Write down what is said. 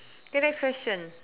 okay next question